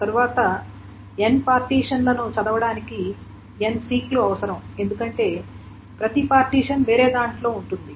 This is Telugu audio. తరువాత n పార్టిషన్లను చదవడానికి n సీక్ లు అవసరం ఎందుకంటే ప్రతి పార్టిషన్ వేరే దానిలో ఉంటుంది